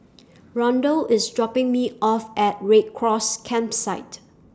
Rondal IS dropping Me off At Red Cross Campsite